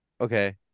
Okay